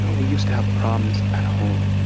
ah we used to have problems at home,